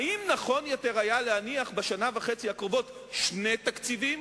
האם היה נכון יותר להניח בשנה וחצי הקרובה שני תקציבים